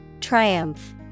Triumph